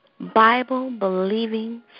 Bible-believing